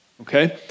Okay